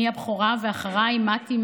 אני הבכורה ואחריי מתי,